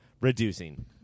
reducing